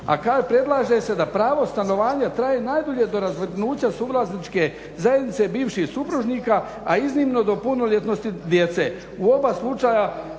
a predlaže se da pravo stanovanja traje najdulje do razvrgnuća suvlasničke zajednice bivših supružnika a iznimno do punoljetnosti djece. U oba slučaja